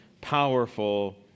powerful